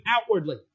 outwardly